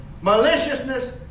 maliciousness